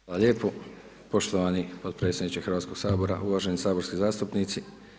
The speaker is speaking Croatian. Hvala lijepo, poštovani potpredsjedniče Hrvatskoga sabora, uvaženi saborski zastupnici.